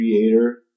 creator